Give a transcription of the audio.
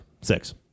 six